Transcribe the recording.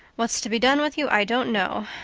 what's to be done with you i don't know.